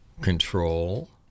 Control